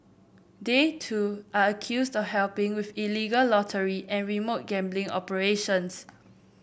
they too are accused of helping with illegal lottery and remote gambling operations